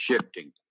shifting